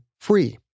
free